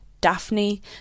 Daphne